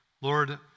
Lord